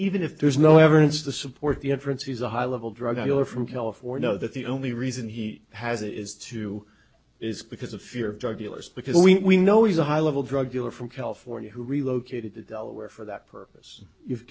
even if there's no evidence to support the inference he's a high level drug dealer from california that the only reason he has it is to is because of fear of drug dealers because we know he's a high level drug dealer from california who relocated to delaware for that purpose